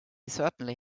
certainly